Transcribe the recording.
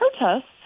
protests